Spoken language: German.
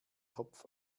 topf